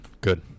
Good